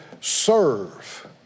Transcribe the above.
serve